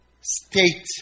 state